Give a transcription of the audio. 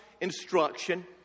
instruction